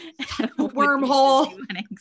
Wormhole